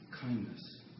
Kindness